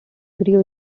grew